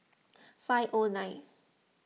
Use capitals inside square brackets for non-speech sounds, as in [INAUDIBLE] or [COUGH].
[NOISE] five O nine